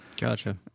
gotcha